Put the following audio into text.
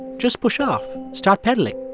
just push off. start pedaling.